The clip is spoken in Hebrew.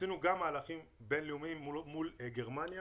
עשינו גם מהלכים בין-לאומיים מול גרמניה